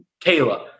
Kayla